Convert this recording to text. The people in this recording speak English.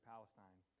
Palestine